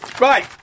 right